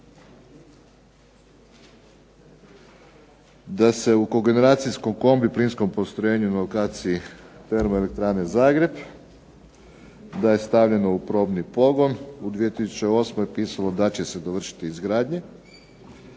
da se u kogeneracijskom kombi plinskom postrojenju na lokacije Termoelektrane Zagreb da je stavljeno u probni pogon u 2008. je pisalo da će se dovršiti izgradnje